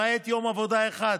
למעט יום עבודה אחד